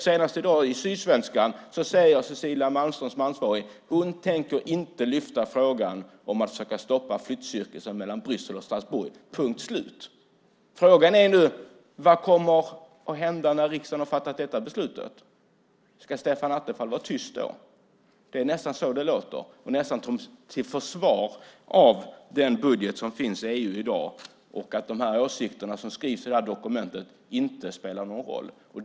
Senast i dag i Sydsvenskan säger Cecilia Malmström, som är ansvarig, att hon inte tänker lyfta upp frågan om att försöka stoppa flyttcirkusen mellan Bryssel och Strasbourg - punkt slut. Frågan är nu: Vad kommer att hända när riksdagen har fattat detta beslut? Ska Stefan Attefall vara tyst då? Det låter nästan så, nästan som ett försvar för den budget som finns i EU i dag och att de åsikter som skrivs i detta dokument inte spelar någon roll.